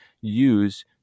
use